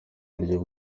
buryo